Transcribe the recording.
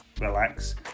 relax